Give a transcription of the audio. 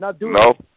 No